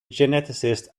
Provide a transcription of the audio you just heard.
geneticist